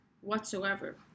whatsoever